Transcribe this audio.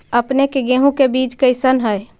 अपने के गेहूं के बीज कैसन है?